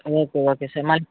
okay okay sir మళ్ళీ